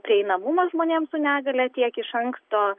prieinamumą žmonėms su negalia tiek iš anksto